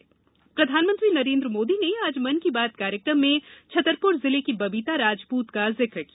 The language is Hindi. मन की बात एमपी प्रधानमंत्री नरेंद्र मोदी ने आज मन की बात कार्यक्रम में छतरपुर जिले की बबिता राजपूत का जिक्र किया